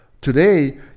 Today